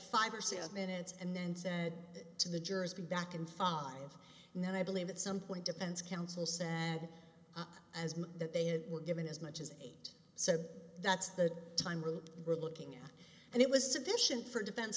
five or six minutes and then said to the jurors be back in five and then i believe at some point depends counsel said up as much that they were given as much as eight so that's the time route we're looking at and it was sufficient for defense